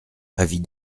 avis